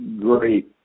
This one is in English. great